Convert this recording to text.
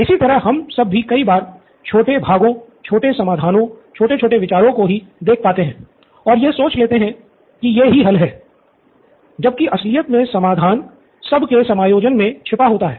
इसी तरह हम सब भी कई बार छोटे भागों छोटे समाधानो छोटे छोटे विचारों को ही देख पाते हैं और यह सोच लेते हैं कि ये ही हल है जबकि असलियत मे समाधान सब के समायोजन मे छिपा होता है